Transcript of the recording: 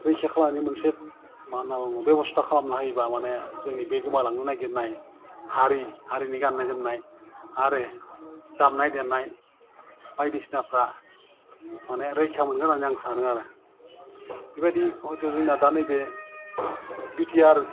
रैखा खालामनायनि मोनसे मा होन्ना बुङो बेब'स्था खालामना होयोबा माने जोंनि बे गोमालांनो नायगिरनाय हारि हारिनि गान्नाय जोमनाय आरो दामनाय देनाय बायदिसिनाफ्रा माने रैखा मोनगोन होन्नानै आं सानो आरो बिबायदि हयथ' जोंना दा नैबे बिटिआर